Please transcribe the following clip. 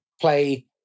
play